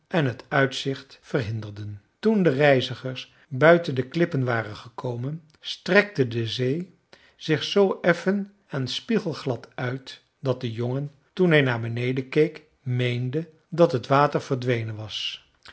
en t uitzicht verhinderden toen de reizigers buiten de klippen waren gekomen strekte de zee zich zoo effen en spiegelglad uit dat de jongen toen hij naar beneden keek meende dat het water verdwenen was